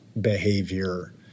behavior